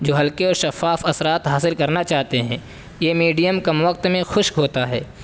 جو ہلکے اور شفاف اثرات حاصل کرنا چاہتے ہیں یہ میڈیم کم وقت میں خشک ہوتا ہے